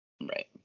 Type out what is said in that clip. right